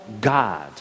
God